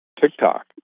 TikTok